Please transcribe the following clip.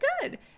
good